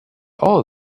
all